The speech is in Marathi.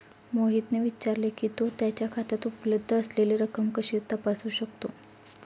मोहितने विचारले की, तो त्याच्या खात्यात उपलब्ध असलेली रक्कम कशी तपासू शकतो?